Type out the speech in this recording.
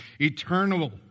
eternal